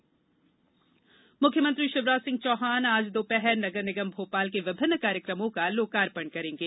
लोकार्पण मुख्यमंत्री शिवराज सिंह चौहान आज दोपहर नगर निगम भोपाल के विभिन्न कार्यक्रमों का लोकार्पण करेंगे